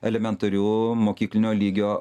elementarių mokyklinio lygio